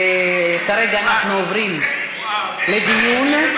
כרגע אנחנו עוברים לדיון,